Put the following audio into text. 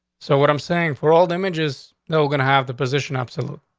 so what i'm saying for old images, no gonna have the position absolute.